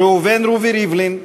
ראובן רובי ריבלין,